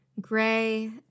gray